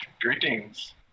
Greetings